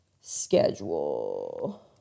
schedule